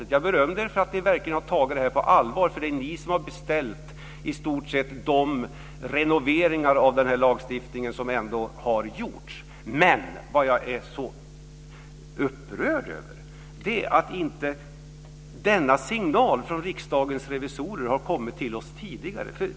Jag berömmer er för att ni verkligen har tagit detta på allvar, för det är ni som i stort sett har beställt de renoveringar av lagen som ändå har gjorts. Men vad jag är så upprörd över är att denna signal från Riksdagens revisorer inte har kommit till oss tidigare.